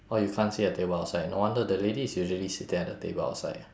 oh you can't see the table outside no wonder the lady is usually sitting at the table outside